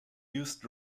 used